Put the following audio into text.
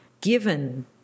Given